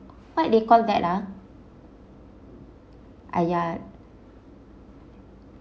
what do you call that ah ah ya